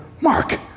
Mark